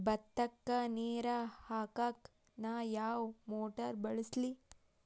ಭತ್ತಕ್ಕ ನೇರ ಹಾಕಾಕ್ ನಾ ಯಾವ್ ಮೋಟರ್ ಬಳಸ್ಲಿ?